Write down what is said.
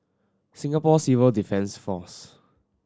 Singapore Civil Defence Force